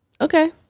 Okay